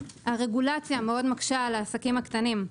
הרגולציה מאוד מקשה על העסקים הקטנים.